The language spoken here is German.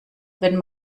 wenn